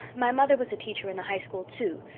my mother was a teacher in the high school, too,